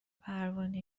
پروانه